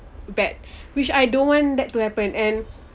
bad which I don't want that to happen and